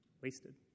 wasted